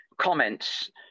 comments